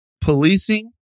Policing